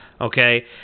Okay